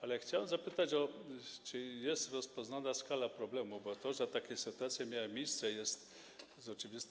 Ale chciałem zapytać, czy jest rozpoznana skala problemu, bo to, że takie sytuacje miały miejsce, jest oczywiste.